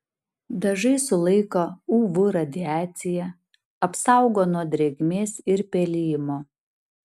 dažai sulaiko uv radiaciją apsaugo nuo drėgmės ir pelijimo